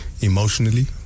emotionally